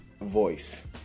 voice